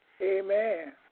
Amen